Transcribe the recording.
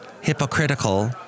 Hypocritical